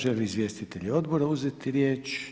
Žele li izvjestitelji Odbora uzeti riječ?